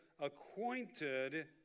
acquainted